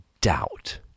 doubt